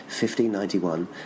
1591